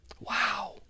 Wow